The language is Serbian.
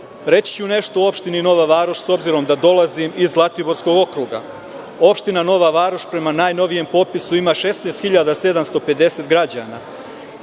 reći ću nešto o opštini Nova Varoš, s obzirom da dolazim iz Zlatiborskog okruga. Opština Nova Varoš prema najnovijem popisu ima 16.750 građana.